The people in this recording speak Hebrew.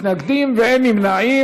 בעד, 36, אין מתנגדים ואין נמנעים.